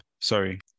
Sorry